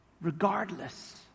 regardless